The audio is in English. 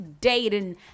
dating